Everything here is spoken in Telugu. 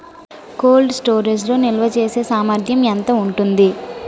కోల్డ్ స్టోరేజ్ లో నిల్వచేసేసామర్థ్యం ఎంత ఉంటుంది?